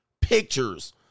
pictures